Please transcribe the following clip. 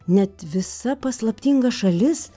net visa paslaptinga šalis